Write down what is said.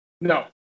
No